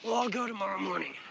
we'll all go tomorrow morning.